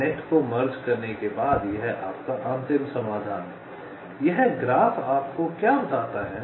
तो नेट को मर्ज करने के बाद यह आपका अंतिम समाधान है यह ग्राफ़ आपको क्या बताता है